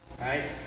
right